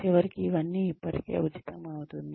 చివరికి ఇవన్నీ ఇప్పటికే ఉచితం అవుతుంది